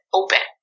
open